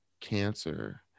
cancer